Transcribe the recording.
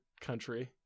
country